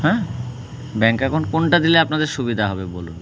হ্যাঁ bank account কোনটা দিলে আপনাদের সুবিধা হবে বলুন